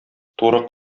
туры